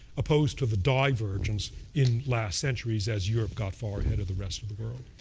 opposed to the divergence in last centuries as europe got far ahead of the rest of the world.